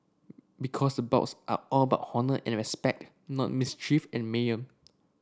because the bouts are all about honour and respect not mischief and